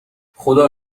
خدا